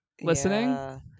listening